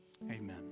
Amen